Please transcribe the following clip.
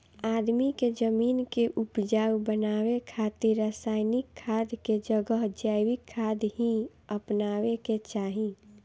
आदमी के जमीन के उपजाऊ बनावे खातिर रासायनिक खाद के जगह जैविक खाद ही अपनावे के चाही